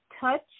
touch